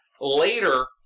later